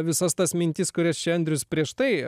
visas tas mintis kurias andrius prieš tai